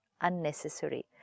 unnecessary